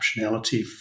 optionality